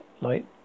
light